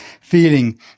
feeling